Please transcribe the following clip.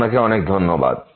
আপনাকে অনেক ধন্যবাদ